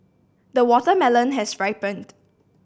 the watermelon has ripened